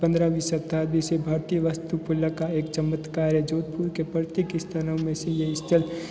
पंद्रहवीं शताब्दी से भारतीय वास्तुकला का एक चमत्कार है जोधपूर के प्रत्येक स्थानों में से ये स्थल